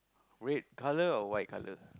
red colour or white colour